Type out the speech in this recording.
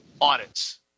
audits